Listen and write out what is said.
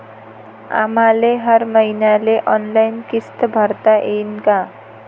आम्हाले हर मईन्याले ऑनलाईन किस्त भरता येईन का?